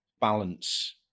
balance